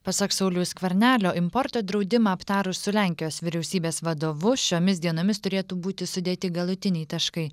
pasak sauliaus skvernelio importo draudimą aptarus su lenkijos vyriausybės vadovu šiomis dienomis turėtų būti sudėti galutiniai taškai